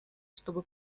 чтобы